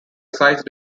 size